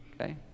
Okay